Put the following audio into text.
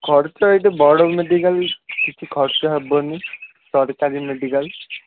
ଖର୍ଚ୍ଚ ଏଠି ବଡ଼ ମେଡ଼ିକାଲରେ କିଛି ଖର୍ଚ୍ଚ ହେବନି ସରକାରୀ ମେଡ଼ିକାଲ